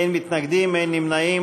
אין מתנגדים, אין נמנעים.